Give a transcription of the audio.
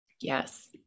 Yes